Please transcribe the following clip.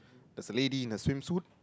there's a lady in a swimsuit